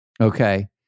Okay